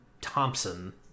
Thompson